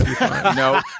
No